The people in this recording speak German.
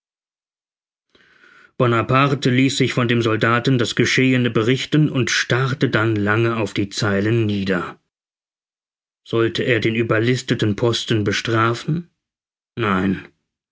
bonaparte ließ sich von dem soldaten das geschehene berichten und starrte dann lange auf die zeilen nieder sollte er den überlisteten posten bestrafen nein